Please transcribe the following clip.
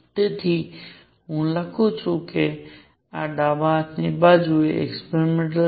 તેથી હું લખું છું કે આ ડાબા હાથની બાજુ એક્સપેરિમેન્ટલ છે